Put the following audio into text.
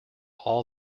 all